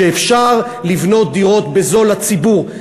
שאפשר לבנות דירות בזול לציבור,